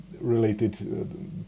related